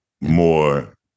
more